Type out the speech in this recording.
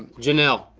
janelle,